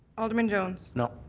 alderman jones? no.